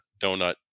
donut